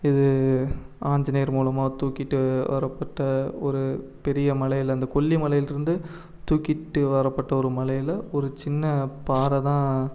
இது ஆஞ்சநேயர் மூலமாக தூக்கிகிட்டு வரப்பட்ட ஒரு பெரிய மலைலேருந்து இந்த கொல்லிமலைலிருந்து தூக்கிட்டு வரப்பட்ட ஒரு மலையில் ஒரு சின்ன பாறை தான்